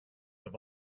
have